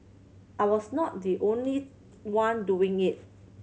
I was not the only one doing it